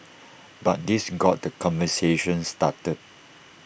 but this got the conversation started